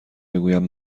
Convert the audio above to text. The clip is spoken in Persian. بگویم